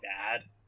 bad